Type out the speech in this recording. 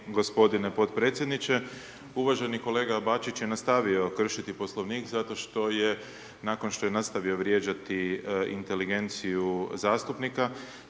gospodine potpredsjedniče. Uvaženi kolega Bačić je nastavio kršiti Poslovnik zato što je nakon što je nastavio vrijeđati inteligenciju zastupnika